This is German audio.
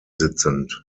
sitzend